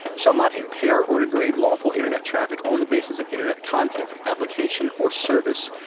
shall not impair or degrade lawful internet traffic on the basis of internet content, application, or service,